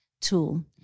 tool